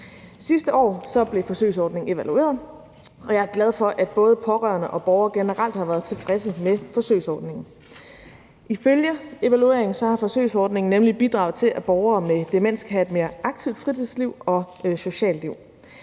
Sidste år blev forsøgsordningen evalueret, og jeg er glad for, at både pårørende og borgere generelt har været tilfredse med forsøgsordningen. Ifølge evalueringen har forsøgsordningen nemlig bidraget til, at borgere med demens kan have et mere aktivt fritidsliv og socialt liv.